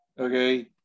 okay